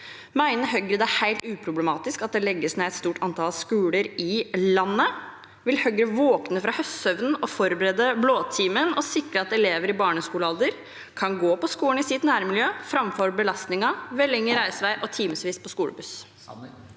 Mener Høyre det er helt uproblematisk at det legges ned et stort antall skoler i landet? Vil Høyre våkne fra høstsøvnen og forberede blåtimen og sikre at elever i barneskolealder kan gå på skolen i sitt nærmiljø, framfor å ha belastningen med lengre reisevei og timevis på skolebuss?